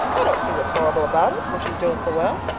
i don't see what's horrible about it, when she's doing so well,